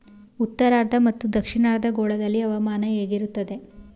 ಉತ್ತರಾರ್ಧ ಮತ್ತು ದಕ್ಷಿಣಾರ್ಧ ಗೋಳದಲ್ಲಿ ಹವಾಮಾನ ಹೇಗಿರುತ್ತದೆ?